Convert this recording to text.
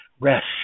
rest